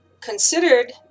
considered